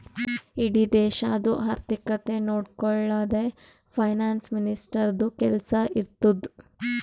ಇಡೀ ದೇಶದು ಆರ್ಥಿಕತೆ ನೊಡ್ಕೊಳದೆ ಫೈನಾನ್ಸ್ ಮಿನಿಸ್ಟರ್ದು ಕೆಲ್ಸಾ ಇರ್ತುದ್